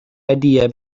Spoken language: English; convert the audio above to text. idea